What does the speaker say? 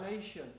nation